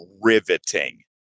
riveting